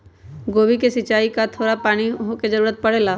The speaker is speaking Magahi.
गोभी के सिचाई में का थोड़ा थोड़ा पानी के जरूरत परे ला?